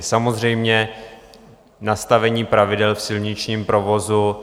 Samozřejmě nastavení pravidel v silničním provozu...